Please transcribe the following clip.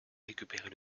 récupérer